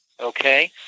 okay